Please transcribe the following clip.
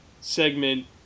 segment